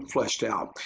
flushed out.